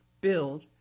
build